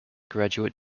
graduate